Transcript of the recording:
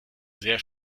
sehr